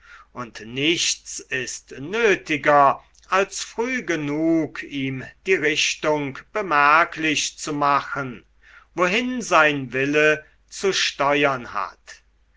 und nichts ist nötiger als früh genug ihm die richtung bemerklich zu machen wohin sein wille zu steuern hat